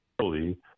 early